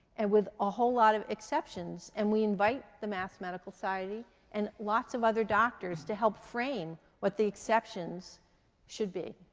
and with a whole lot of exceptions, and we invite the mass. medical society and lots of other doctors to help frame what the exceptions should be.